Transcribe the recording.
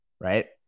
Right